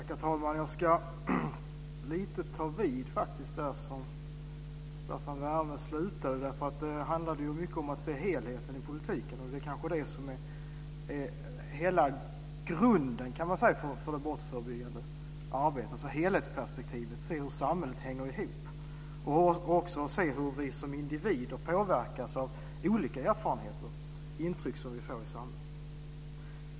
Herr talman! Jag ska faktiskt ta vid lite där Staffan Werme slutade. Det handlade ju mycket om att se helheten i politiken och det är kanske det som är hela grunden för det brottsförebyggande arbetet, att man ser helhetsperspektivet, hur samhället hänger ihop och även hur vi som individer påverkas av olika erfarenheter och intryck som vi får i samhället.